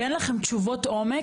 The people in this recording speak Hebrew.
כי אין לכם תשובות עומק,